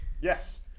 Yes